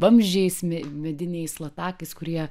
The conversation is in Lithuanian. vamzdžiais me mediniais latakais kurie